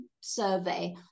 survey